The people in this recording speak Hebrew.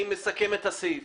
אני מסכם את הסעיף.